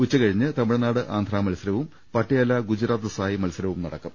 ഉച്ചകഴിഞ്ഞ് തമി ഴ്നാട് ആന്ധ്ര മത്സരവും പട്യാല ഗുജറാത്ത് സായ് മത്സരവും നടക്കും